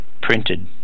printed